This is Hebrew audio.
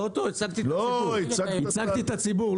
לא אותו, ייצגתי את הציבור.